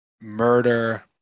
murder